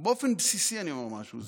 באופן בסיסי אני אומר משהו.